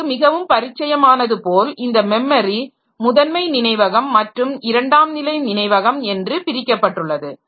நமக்கு மிகவும் பரிச்சயமானது போல் இந்த மெமரி முதன்மை நினைவகம் main memory மற்றும் இரண்டாம் நிலை நினைவகம் என்று பிரிக்கப்பட்டுள்ளது